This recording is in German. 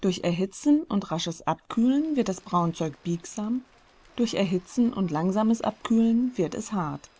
durch erhitzen und rasches abkühlen wird das braunzeug biegsam durch erhitzen und langsames abkühlen wird es hart